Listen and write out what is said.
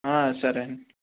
సరే అండి